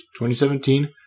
2017